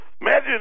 imagine